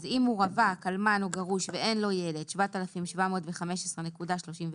אם דרגת נכותו 20 אחוזים עד 49 אחוזים אם הוא רווק,